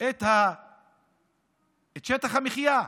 את שטח המחיה.